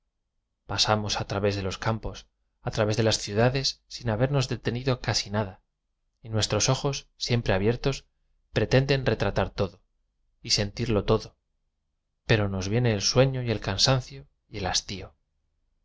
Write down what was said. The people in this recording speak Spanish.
os a través de lo s cam pos a través de la s ciudades sin ha bernos detenido ca si nada y nuestros ojos siem pre abiertos pretenden re tra ta r todo y se n tirlo todo pero nos viene e l sueño y e l cansancio y e l hastío